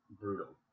brutal